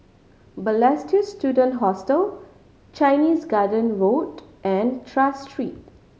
Balestier Student Hostel Chinese Garden Road and Tras Street